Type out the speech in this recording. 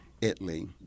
Italy